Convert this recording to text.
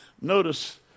Notice